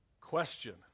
Question